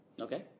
Okay